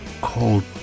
called